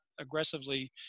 aggressively